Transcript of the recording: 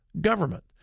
government